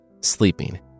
sleeping